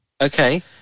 okay